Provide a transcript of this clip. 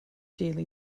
daily